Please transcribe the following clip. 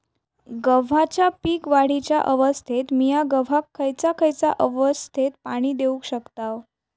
गव्हाच्या पीक वाढीच्या अवस्थेत मिया गव्हाक खैयचा खैयचा अवस्थेत पाणी देउक शकताव?